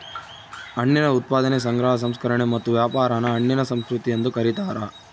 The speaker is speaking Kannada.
ಹಣ್ಣಿನ ಉತ್ಪಾದನೆ ಸಂಗ್ರಹ ಸಂಸ್ಕರಣೆ ಮತ್ತು ವ್ಯಾಪಾರಾನ ಹಣ್ಣಿನ ಸಂಸ್ಕೃತಿ ಎಂದು ಕರೀತಾರ